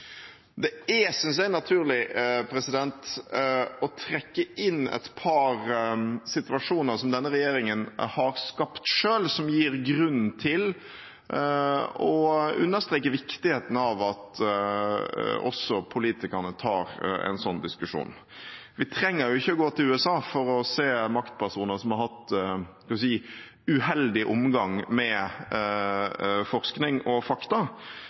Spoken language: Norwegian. Det er, synes jeg, naturlig å trekke inn et par situasjoner som denne regjeringen har skapt selv, som gir grunn til å understreke viktigheten av at også politikerne tar en sånn diskusjon. Vi trenger jo ikke gå til USA for å se maktpersoner som har hatt, kan vi si, uheldig omgang med forskning og fakta.